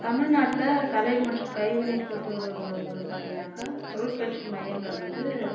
தமிழ்நாட்டில் கலை மற்றும் கைவினை கூட்டுறவுகள் பார்த்தீங்கனாக்க தொழில் பயிற்சி மையங்கள் வந்து